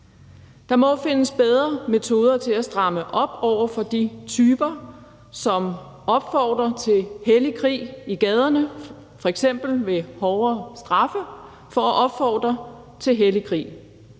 Der må findes bedre metoder til at stramme op over for de typer, som opfordrer til hellig krig i gaderne, f.eks. hårdere straffe for at opfordre til hellig krig.